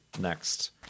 next